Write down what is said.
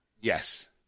yes